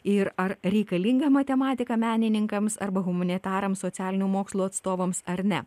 ir ar reikalinga matematika menininkams arba humanitarams socialinių mokslų atstovams ar ne